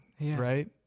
right